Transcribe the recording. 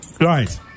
Right